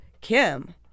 Kim